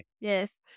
yes